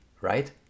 right